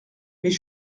mais